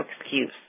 excuse